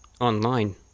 online